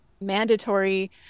mandatory